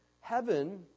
Heaven